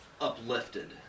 uplifted